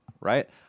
right